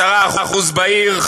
10% בעיר,